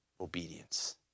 obedience